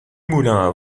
moulins